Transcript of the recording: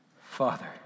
Father